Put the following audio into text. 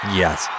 yes